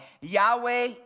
Yahweh